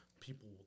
people